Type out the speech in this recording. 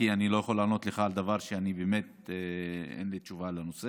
כי אני לא יכול לענות לך על דבר שאין לי תשובה עליו.